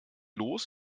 los